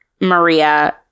Maria